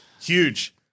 huge